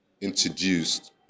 introduced